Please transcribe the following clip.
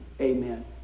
Amen